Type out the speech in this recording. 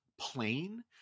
plain